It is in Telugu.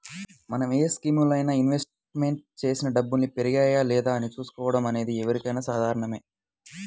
మనం ఏ స్కీములోనైనా ఇన్వెస్ట్ చేసిన డబ్బుల్ని పెరిగాయా లేదా అని చూసుకోవడం అనేది ఎవరికైనా సాధారణమే